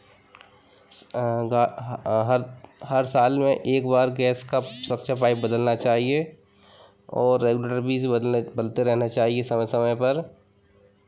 हर हर साल में एक बार गैस का सबसे पाइप बदलना चाहिए और रेगुलेटर भी इसे बदलने बदलते रहना चाहिए समय समय पर